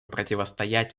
противостоять